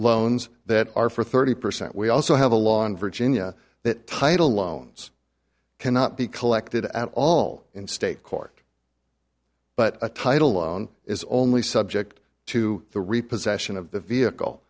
loans that are for thirty percent we also have a law in virginia that title loans cannot be collected at all in state court but a title loan is only subject to the repossession of the vehicle